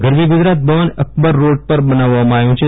ગરવી Gujarat Bhavan Akbar road પર બનાવવામાં આવ્યું છે